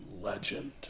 legend